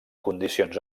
condicions